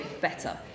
better